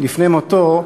לפני מותו,